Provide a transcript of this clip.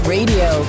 Radio